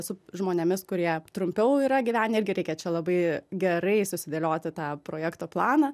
su žmonėmis kurie trumpiau yra gyvenę irgi reikia čia labai gerai susidėlioti tą projekto planą